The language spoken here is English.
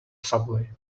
subway